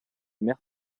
mer